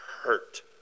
hurt